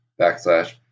backslash